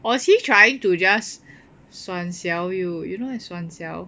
was he trying to just suan siao you you know what's suan siao